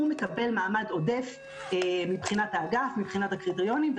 הוא מקבל מעמד עודף מבחינת האגף מבחינת הקריטריונים,